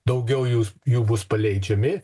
daugiau jūs jų bus paleidžiami